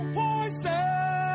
poison